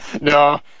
No